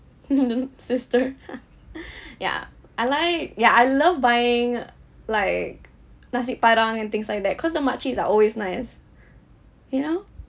sister ya like ya I love buying like nasi padang and things like that cause the mak ciks are always nice you know